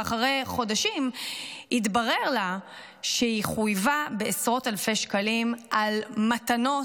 ואחרי חודשים התברר שהקשישה חויבה בעשרות אלפי שקלים על "מתנות",